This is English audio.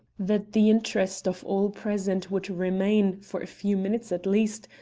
that the interest of all present would remain, for a few minutes at least,